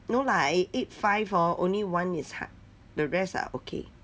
no lah I ate five hor only one is hard the rest are okay